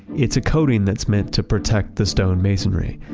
it's a coating that's meant to protect the stone masonry.